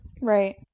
Right